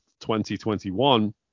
2021